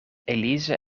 elise